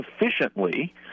efficiently